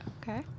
Okay